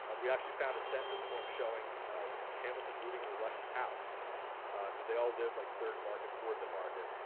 ah we actually found a census form showing ah hamilton moving into rush's house because they all lived like third and market, fourth and market.